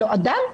הרי אדם,